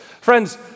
Friends